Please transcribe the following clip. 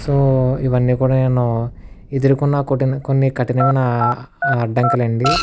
so ఇవన్నీ కూడా నేను ఎదురుకున్న కొట్టిన కొన్ని కఠినమైన అడ్డంకులు అండీ